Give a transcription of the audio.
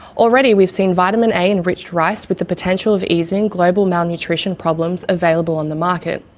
already, we've seen vitamin a enriched rice with the potential of easing global malnutrition problems available on the market.